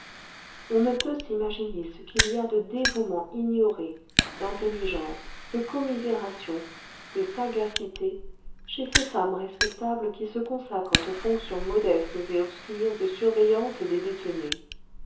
on ne peut s'imaginer ce qu'il y a de dévouement ignoré d'intelligence de commisération de sagacité chez ces femmes respectables qui se consacrent aux fonctions modestes et obscures de surveillantes des détenues